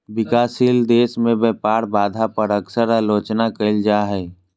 विकासशील देश में व्यापार बाधा पर अक्सर आलोचना कइल जा हइ